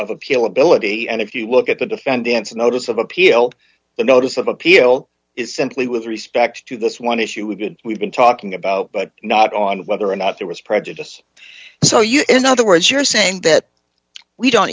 of appeal ability and if you look at the defendants a notice of appeal the notice of appeal is simply with respect to this one issue we did we've been talking about but not on whether or not there was prejudice so you're in other words you're saying that we don't